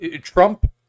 Trump